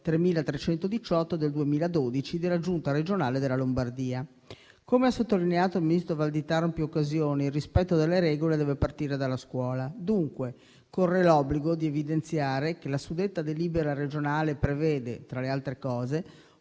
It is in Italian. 3318 del 2012 della Giunta regionale della Lombardia. Come ha sottolineato il ministro Valditara in più occasioni, il rispetto delle regole deve partire dalla scuola. Dunque, corre l'obbligo di evidenziare che la suddetta delibera regionale prevede, tra le altre cose,